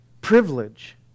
privilege